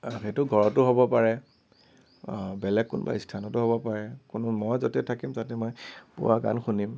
সেইটো ঘৰতো হ'ব পাৰে বেলেগ কোনোবা স্থানতো হ'ব পাৰে কোনো মই য'তে থাকিম তাতে মই পুৱা গান শুনিম